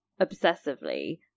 obsessively